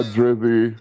Drizzy